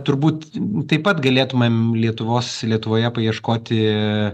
turbūt taip pat galėtumėm lietuvos lietuvoje paieškoti